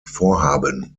vorhaben